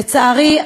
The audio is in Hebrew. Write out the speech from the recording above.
לצערי,